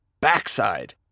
backside